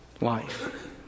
life